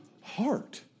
heart